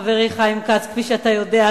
חברי חיים כץ, כפי שאתה יודע.